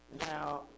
Now